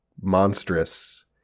monstrous